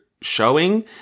showing